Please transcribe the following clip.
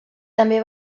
també